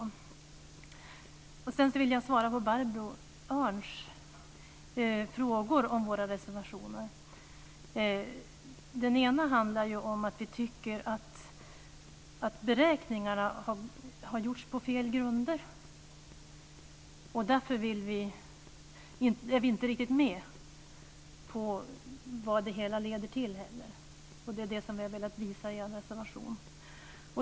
Sedan vill jag svara på Barbro Andersson Öhrns frågor om våra reservationer. Den ena handlar ju om att vi tycker att beräkningarna har gjorts på fel grunder. Därför är vi inte riktigt med på vad det hela leder till heller. Det är det som vi har velat visa i en reservation.